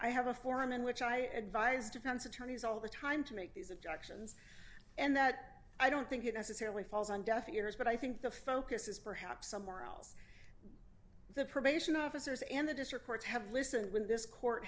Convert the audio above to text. i have a forum in which i advise defense attorneys all the time to make these objections and that i don't think it necessarily falls on deaf ears but i think the focus is perhaps somewhere else the probation officers and the district courts have listened when this court